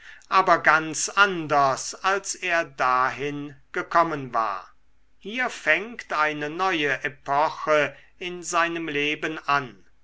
aber ganz anders als er dahin gekommen war hier fängt eine neue epoche in seinem leben an